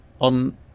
on